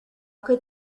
could